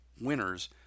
winners